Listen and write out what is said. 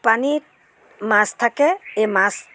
পানীত মাছ থাকে এই মাছ